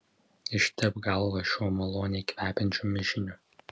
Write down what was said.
ištepk galvą šiuo maloniai kvepiančiu mišiniu